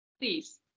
Please